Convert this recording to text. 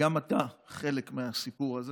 וגם אתה חלק מהסיפור הזה.